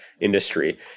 industry